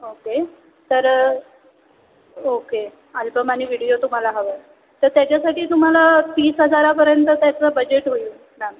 okay तर okay album आणि video तुम्हाला हवं तर त्याच्यासाठी तुम्हाला तीस हजारापर्यंत त्याचं बजेट होईल मॅम